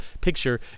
picture